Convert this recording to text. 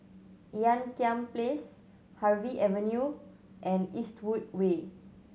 Ean Kiam Place Harvey Avenue and Eastwood Way